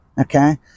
Okay